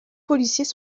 policiers